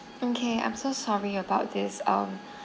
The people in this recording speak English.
okay I'm so sorry about this um